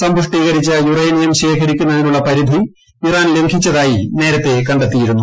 സമ്പുഷ്ടീകരിച്ച uranium ശേഖരിക്കുന്നതിനുള്ള പരിധി Iran ലംഘിച്ചതായി നേരത്തേ കണ്ടെത്തിയിരുന്നു